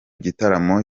gitaramo